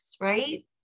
Right